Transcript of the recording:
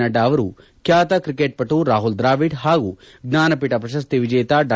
ನಡ್ವಾ ಅವರು ಖ್ಯಾತ ಕ್ರಿಕೆಟ್ ಪಟು ರಾಹುಲ್ ದ್ರಾವಿಡ್ ಹಾಗೂ ಜ್ವಾನಪೀಠ ಪ್ರಶಸ್ತಿ ವಿಜೇತ ಡಾ